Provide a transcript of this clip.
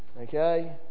okay